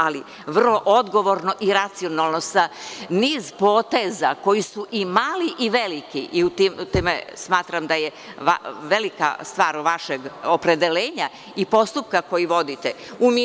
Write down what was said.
Ali, vrlo odgovorno i racionalno za niz poteza koji su i mali i veliki i time smatram da je velika stvar vašeg opredeljenja i postupka koji vodite.